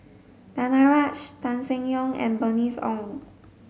Danaraj Tan Seng Yong and Bernice Ong